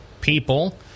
people